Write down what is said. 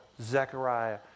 Zechariah